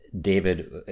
David